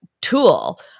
tool